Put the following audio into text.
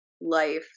life